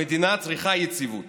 המדינה צריכה יציבות